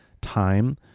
time